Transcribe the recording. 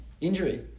injury